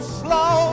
slow